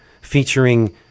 featuring